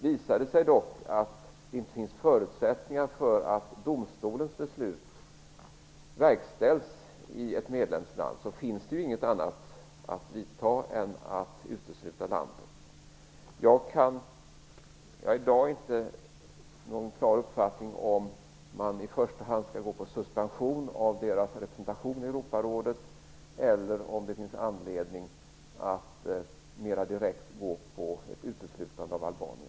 Visar det sig att det inte finns förutsättningar för att domstolens beslut verkställs i ett medlemsland så finns det ju ingen annan åtgärd att vidta än att utesluta landet. Jag har i dag ingen klar uppfattning om huruvida man i första hand skall gå på suspension av deras representation i Europarådet eller om det finns anledning att mer direkt gå på ett uteslutande av Albanien.